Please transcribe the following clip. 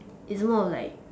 it's more of like